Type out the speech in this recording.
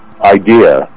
idea